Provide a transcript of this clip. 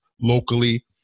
locally